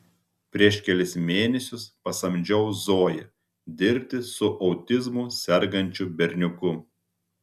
prieš kelis mėnesius pasamdžiau zoją dirbti su autizmu sergančiu berniuku